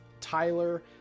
Tyler